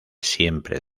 siempre